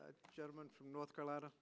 the gentleman from north carolina